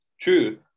True